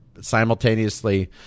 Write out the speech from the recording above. simultaneously